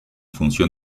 función